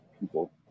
people